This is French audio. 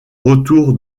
retour